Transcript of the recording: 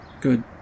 good